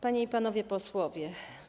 Panie i Panowie Posłowie!